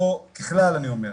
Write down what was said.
ככלל אני אומר,